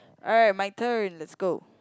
alright my turn let's go